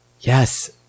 Yes